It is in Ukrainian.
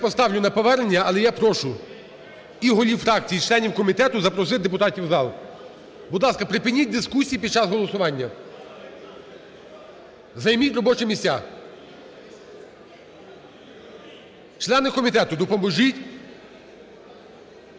поставлю на повернення, але я прошу і голів фракцій і членів комітету запросити депутатів в зал. Будь ласка, припиніть дискусії під час голосування. Займіть робочі місця. Члени комітету, допоможіть